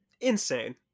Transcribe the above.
insane